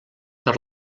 per